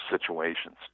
situations